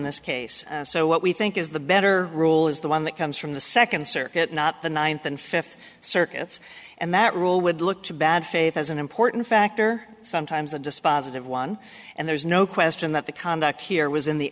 this case so what we think is the better rule is the one that comes from the second circuit not the ninth and fifth circuits and that rule would look to bad faith as an important factor sometimes a dispositive one and there's no question that the conduct here was in the